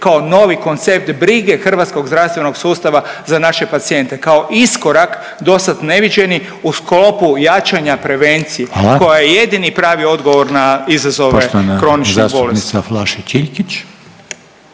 kao novi koncept brige hrvatskog zdravstvenog sustava za naše pacijente kao iskorak dosad neviđeni u sklopu jačanja prevencije koja je jedini pravi odgovor na izazove kroničnih bolesti.